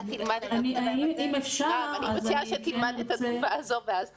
אני מציעה שתלמד את התגובה הזו ואז תתייחס.